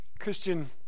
Christian